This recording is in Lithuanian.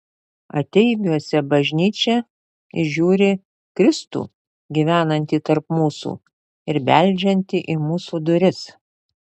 ateiviuose bažnyčia įžiūri kristų gyvenantį tarp mūsų ir beldžiantį į mūsų duris